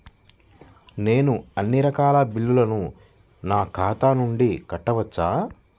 నేను అన్నీ రకాల బిల్లులను నా ఖాతా నుండి కట్టవచ్చా?